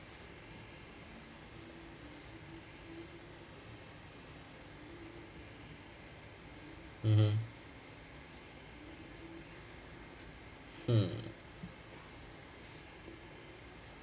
mmhmm mm